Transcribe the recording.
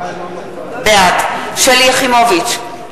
בעד שלי יחימוביץ,